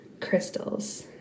Crystals